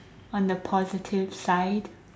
on the positive side